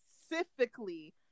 specifically